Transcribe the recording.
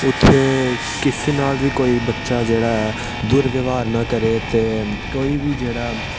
उत्थै कुसै नाल बी कोई बच्चा जेह्ड़ा ऐ दुर व्यावहार नां करै ते कोई बी जेह्ड़ा